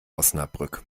osnabrück